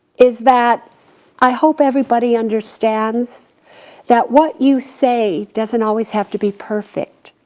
is that i hope everybody understands that what you say doesn't always have to be perfect.